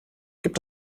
gibt